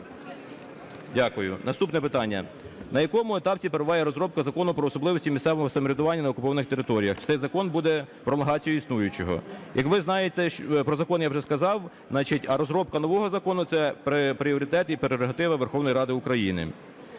Дякую. Наступне питання. На якому етапі перебуває розробка Закону про особливості місцевого самоврядування на окупованих територіях? Чи цей закон буде пролонгацією існуючого? Як ви знаєте, про закон я вже сказав, значить, а розробка нового закону – це пріоритет і прерогатива Верховної Ради України.